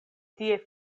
tie